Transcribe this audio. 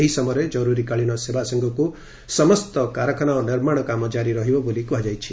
ଏହି ସମୟରେ କରୁରୀକାଳୀନ ସେବା ସାଙ୍ଗକୁ ସମସ୍ତ କାରଖାନା ଓ ନିର୍ମାଶ କାମ ଜାରି ରହିବ ବୋଲି କୁହାଯାଇଛି